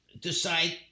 decide